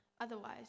Otherwise